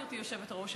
גברתי היושבת-ראש,